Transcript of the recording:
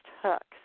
hooks